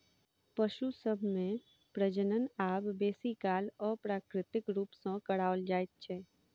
पशु सभ मे प्रजनन आब बेसी काल अप्राकृतिक रूप सॅ कराओल जाइत छै